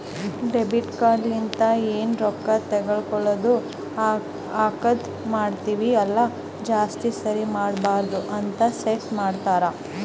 debit card ಲಿಂತ ಎನ್ ರೊಕ್ಕಾ ತಗೊಳದು ಹಾಕದ್ ಮಾಡ್ತಿವಿ ಅಲ್ಲ ಜಾಸ್ತಿ ಸರಿ ಮಾಡಬಾರದ ಅಂತ್ ಸೆಟ್ ಮಾಡ್ತಾರಾ